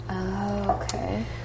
Okay